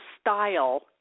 style